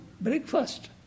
breakfast